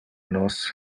nos